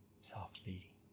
softly